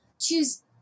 choose